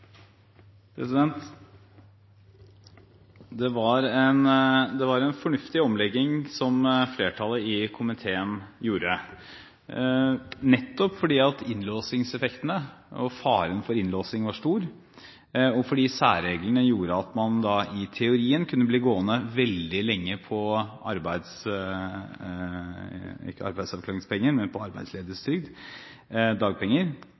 Det var en fornuftig omlegging som flertallet i komiteen gjorde, nettopp fordi innlåsingseffektene og faren for innlåsing var stor, og fordi særreglene gjorde at man da i teorien kunne bli gående veldig lenge på arbeidsledighetstrygd – dagpenger – og ikke få den nødvendige oppfølging. Men